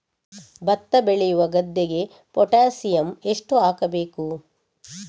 ಭತ್ತ ಬೆಳೆಯುವ ಗದ್ದೆಗೆ ಪೊಟ್ಯಾಸಿಯಂ ಎಷ್ಟು ಹಾಕಬೇಕು?